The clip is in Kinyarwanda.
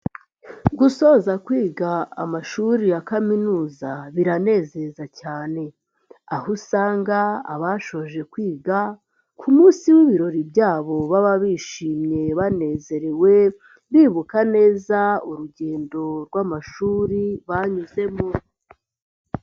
Gusoza kwiga amashuri ya kaminuza biranezeza cyane, aho usanga abashoje kwiga ku munsi w'ibirori byabo baba bishimye, banezerewe bibuka neza urugendo rw'amashuri banyuzemo.